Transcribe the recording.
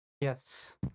Yes